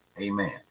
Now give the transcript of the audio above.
Amen